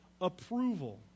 approval